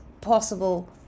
possible